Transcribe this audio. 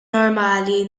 normali